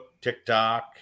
TikTok